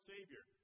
Savior